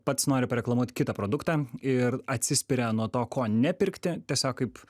pats nori pareklamuoti kitą produktą ir atsispiria nuo to ko nepirkti tiesiog kaip